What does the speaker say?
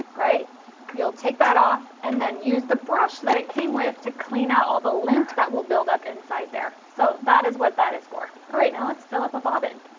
right you'll take that off and then use the brush that it came with to clean out all the lint that will build up inside there so that is what that is for. ah now let's fill up a bobbin.